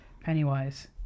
Pennywise